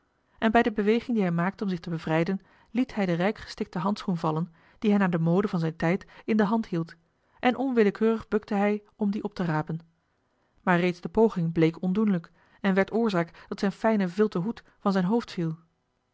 en bij de beweging die hij maakte om zich te bevrijden liet hij den rijkgestikten handschoen vallen dien hij naar de mode van zijn tijd in de hand hield en onwillekeurig bukte hij om dien op te rapen maar reeds de poging bleek ondoenlijk en werd oorzaak dat zijn fijne vilten hoed van zijn hoofd viel